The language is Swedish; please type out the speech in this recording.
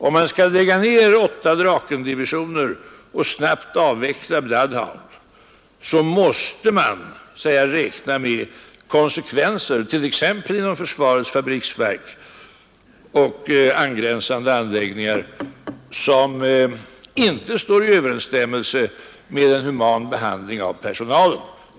Om man skall lägga ned åtta Drakendivisioner och snabbt avveckla Bloodhound, måste man räkna med konsekvenser t.ex. inom försvarets fabriksverk och angränsande anläggningar, som inte står i överensstämmelse med en human behandling av personalen.